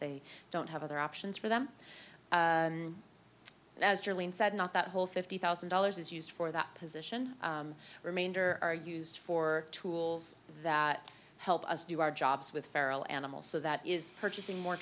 they don't have other options for them as julian said not that whole fifty thousand dollars is used for that position remainder are used for tools that help us do our jobs with feral animals so that is purchasing more